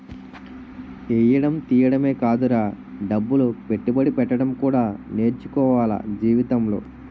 ఎయ్యడం తియ్యడమే కాదురా డబ్బులు పెట్టుబడి పెట్టడం కూడా నేర్చుకోవాల జీవితంలో